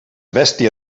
bèstia